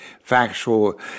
factual